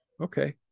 Okay